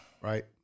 Right